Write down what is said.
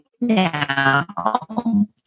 now